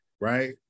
right